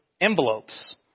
envelopes